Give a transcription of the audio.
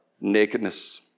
nakedness